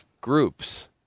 groups